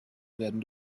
werden